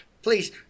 Please